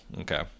okay